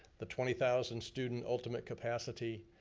the twenty thousand student ultimate capacity,